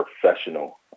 professional